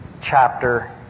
chapter